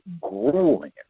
grueling